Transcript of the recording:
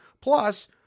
Plus